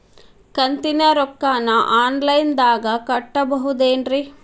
ಕಂತಿನ ರೊಕ್ಕನ ಆನ್ಲೈನ್ ದಾಗ ಕಟ್ಟಬಹುದೇನ್ರಿ?